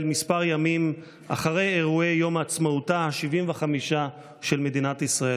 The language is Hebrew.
כמה ימים אחרי אירועי יום עצמאותה ה-75 של מדינת ישראל,